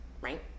Right